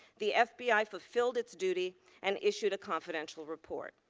the fbi fulfilled its duty and issued a confidential report.